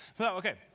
okay